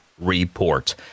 report